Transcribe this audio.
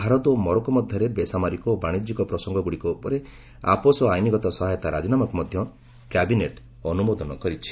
ଭାରତ ଓ ମରକୋ ମଧ୍ୟରେ ବେସାମରିକ ଓ ବାଶିଜ୍ୟିକ ପ୍ରସଙ୍ଗଗୁଡ଼ିକ ଉପରେ ଆପୋଷ ଆଇନଗତ ସହାୟତା ରାଜିନାମାକୁ ମଧ୍ୟ କ୍ୟାବିନେଟ୍ ଅନୁମୋଦନ କରିଛି